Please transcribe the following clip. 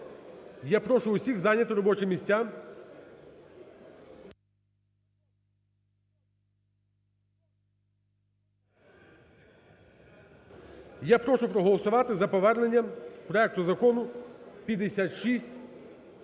Я прошу всіх зайняти робочі місця. Я прошу проголосувати за повернення проекту Закону 5616.